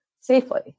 safely